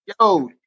Yo